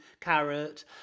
carrot